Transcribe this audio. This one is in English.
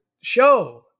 show